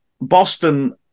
Boston